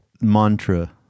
mantra